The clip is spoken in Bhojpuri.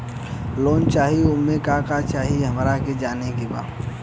लोन चाही उमे का का चाही हमरा के जाने के बा?